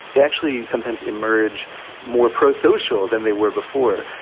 they actually sometimes emerge more pro-social than they were before.